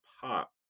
pop